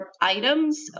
items